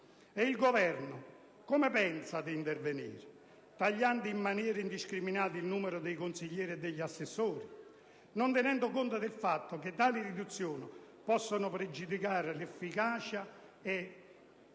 E il Governo come pensa di intervenire? Tagliando in maniera indiscriminata il numero dei consiglieri e degli assessori, senza tener conto del fatto che tali riduzioni possono pregiudicare l'efficacia e la capacità